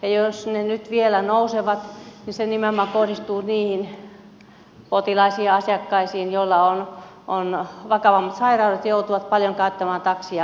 jos ne nyt vielä nousevat niin se nimenomaan kohdistuu niihin potilaisiin ja asiakkaisiin joilla on vakavammat sairaudet ja jotka joutuvat paljon käyttämään taksia hoitoon päästäkseen